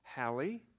Hallie